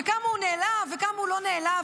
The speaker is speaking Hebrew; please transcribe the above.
וכמה הוא נעלב וכמה הוא לא נעלב,